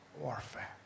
Warfare